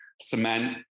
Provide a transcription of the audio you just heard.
cement